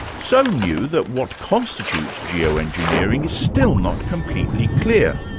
so new that what constitutes geoengineering is still not completely clear.